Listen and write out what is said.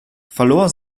verlor